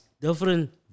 different